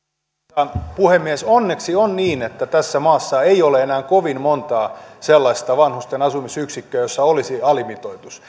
arvoisa puhemies onneksi on niin että tässä maassa ei ole enää kovin montaa sellaista vanhusten asumisyksikköä jossa olisi alimitoitus